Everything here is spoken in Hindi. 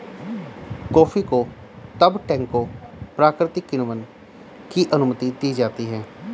कॉफी को तब टैंकों प्राकृतिक किण्वन की अनुमति दी जाती है